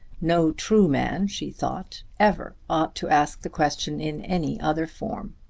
no true man, she thought, ever ought to ask the question in any other form.